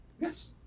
Yes